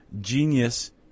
genius